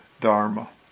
Dharma